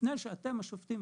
לפני שאתם השופטים,